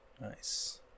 Nice